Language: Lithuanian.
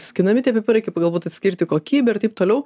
skinami tie pipirai kaip galbūt atskirti kokybę ir taip toliau